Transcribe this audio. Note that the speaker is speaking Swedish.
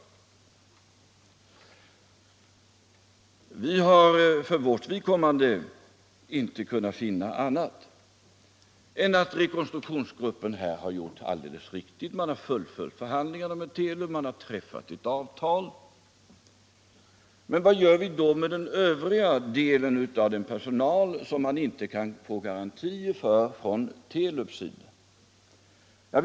Vi har för vårt vidkommande inte kunnat finna annat än att rekonstruktionsgruppen har gjort alldeles rätt. Den har fullföljt förhandlingarna med Telub och träffat ett avtal. Men vad gör vi då med den del av personalen som Telub inte kan garantera sysselsättning?